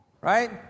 right